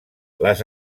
les